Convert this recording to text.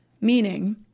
meaning